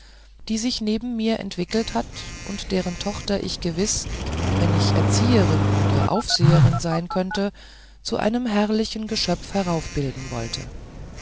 die sich neben mir entwickelt hat und deren tochter ich gewiß wenn ich erzieherin oder aufseherin sein könnte zu einem herrlichen geschöpf heraufbilden wollte